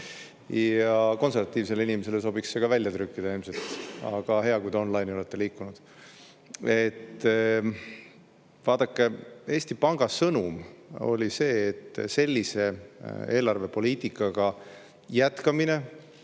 Konservatiivsele inimesele sobiks see ka välja trükkida ilmselt, aga hea, kui te oleteonline'i liikunud. Vaadake, Eesti Panga sõnum oli see, et sellise eelarvepoliitikaga jätkamine